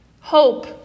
Hope